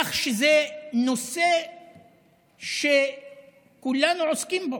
כך שזה נושא שכולנו עוסקים בו.